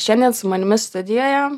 šiandien su manimi studijoje